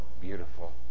beautiful